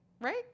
Right